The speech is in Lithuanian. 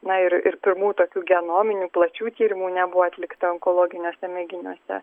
na ir ir pirmų tokių genominių plačių tyrimų nebuvo atlikta onkologiniuose mėginiuose